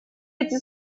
эти